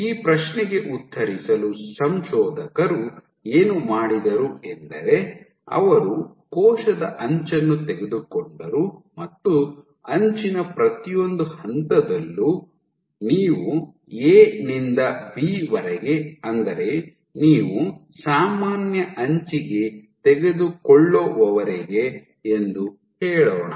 ಈ ಪ್ರಶ್ನೆಗೆ ಉತ್ತರಿಸಲು ಸಂಶೋಧಕರು ಏನು ಮಾಡಿದರು ಎಂದರೆ ಅವರು ಕೋಶದ ಅಂಚನ್ನು ತೆಗೆದುಕೊಂಡರು ಮತ್ತು ಅಂಚಿನ ಪ್ರತಿಯೊಂದು ಹಂತದಲ್ಲೂ ನೀವು ಎ ನಿಂದ ಬಿ ವರೆಗೆ ಅಂದರೆ ನೀವು ಸಾಮಾನ್ಯ ಅಂಚಿಗೆ ತೆಗೆದುಕೊಳ್ಳುವವರೆಗೂ ಎಂದು ಹೇಳೋಣ